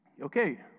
Okay